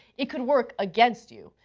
it can work against you.